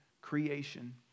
creation